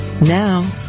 Now